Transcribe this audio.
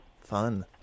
Fun